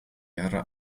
jahre